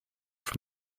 from